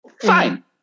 fine